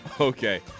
Okay